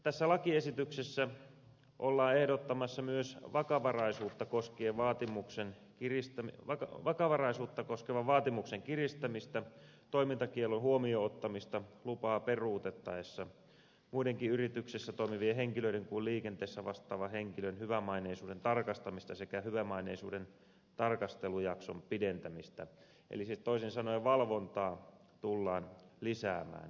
tässä lakiesityksessä ollaan ehdottamassa myös vakavaraisuutta koskien vaatimuksen kiristänyt vaaka vakavaraisuutta koskevan vaatimuksen kiristämistä toimintakiellon huomioon ottamista lupaa peruutettaessa muidenkin yrityksessä toimivien henkilöiden kuin liikenteestä vastaavan henkilön hyvämaineisuuden tarkastamista sekä hyvämaineisuuden tarkastelujakson pidentämistä eli siis toisin sanoen valvontaa tullaan lisäämään